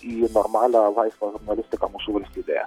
į normalią laisvą žurnalistiką mūsų valstybėje